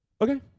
Okay